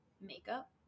makeup